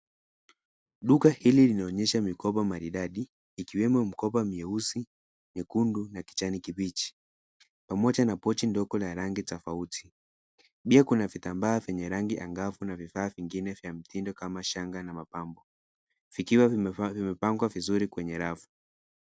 Duka hili linaonyesha mikoba maridadi, ikiwemo mikoba myeusi, myekundu, na kijani kibichi, pamoja na pochi ndogo la rangi tofuati. Pia kuna vitambaa vyenye rangi angavu na vifaa vingine vya mtindo kama shanga na mapambo, vikiwa vimepangwa vizuri kwenye rafu.